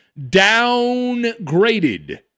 downgraded